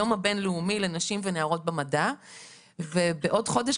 היום הבין לאומי לנשים ולנערות במדע ובעוד כחודש,